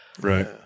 Right